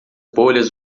bolhas